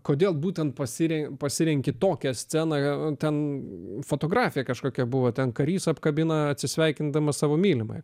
kodėl būtent pasire pasirenki tokią sceną ten fotografė kažkokia buvo ten karys apkabino atsisveikindamas savo mylimąją